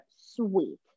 sweet